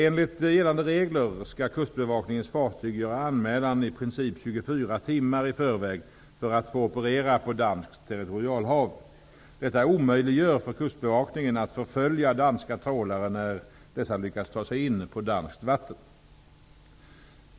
Enligt gällande regler skall Kustbevakningens fartyg göra anmälan i princip 24 timmar i förväg för att få operera på danskt territorialhav. Detta omöjliggör för Kustbevakningen att förfölja danska trålare när dessa lyckas ta sig in på danskt vatten.